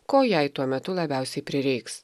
ko jai tuo metu labiausiai prireiks